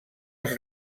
els